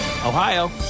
Ohio